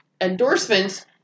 endorsements